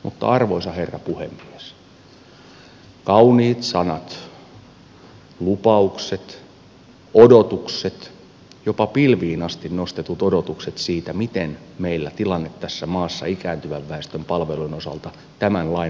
mutta arvoisa herra puhemies kauniit sanat lupaukset odotukset jopa pilviin asti nostetut odotukset siitä miten meillä tilanne tässä maassa ikääntyvän väestön palvelujen osalta tämän lain voimaan tultua muuttuu